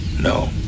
No